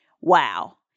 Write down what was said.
wow